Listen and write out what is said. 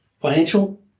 financial